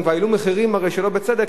הם כבר העלו מחירים שלא בצדק,